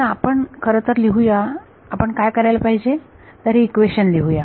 तर आपण खरं तर लिहू या आपण काय करायला पाहिजे तर हे इक्वेशन लिहूया